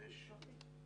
אושרה.